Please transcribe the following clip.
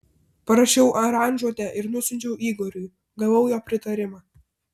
parašiau aranžuotę ir nusiunčiau igoriui gavau jo pritarimą